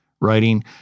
writing